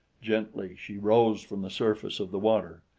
gently she rose from the surface of the water,